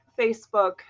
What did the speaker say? Facebook